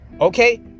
okay